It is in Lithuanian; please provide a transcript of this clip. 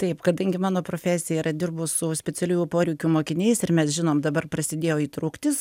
taip kadangi mano profesija yra dirbu su specialiųjų poreikių mokiniais ir mes žinom dabar prasidėjo įtrauktis